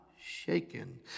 shaken